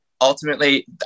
ultimately